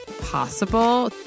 possible